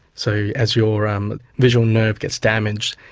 so as your um visual nerve gets damaged,